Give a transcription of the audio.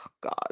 god